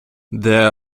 there